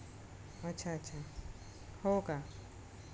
अच्छा अच्छा हो का